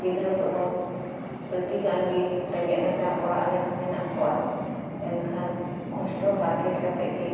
ᱜᱤᱫᱽᱨᱟᱹ ᱠᱚᱫᱚ ᱟᱹᱰᱤ ᱜᱟᱱᱜᱮ ᱨᱮᱸᱜᱮᱡ ᱱᱟᱪᱟᱨ ᱚᱲᱟᱜ ᱨᱮᱱ ᱢᱮᱱᱟᱜ ᱠᱚᱣᱟ ᱮᱱᱠᱷᱟᱱ ᱦᱟᱨᱠᱮᱛ ᱠᱟᱛᱮᱫ ᱜᱮ